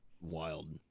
wild